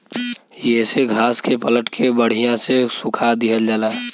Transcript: येसे घास के पलट के बड़िया से सुखा दिहल जाला